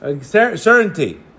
certainty